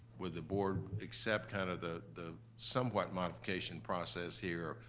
with the board, except kind of the the somewhat modification process here,